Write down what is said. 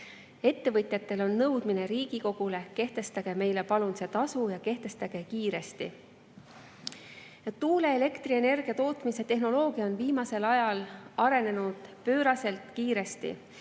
Ettevõtjatel on nõudmine Riigikogule: "Kehtestage meile palun see tasu ja kehtestage kiiresti!"Tuuleelektrienergia tootmise tehnoloogia on viimasel ajal arenenud pööraselt kiiresti.